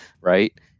Right